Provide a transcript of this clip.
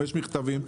יש מכתבים.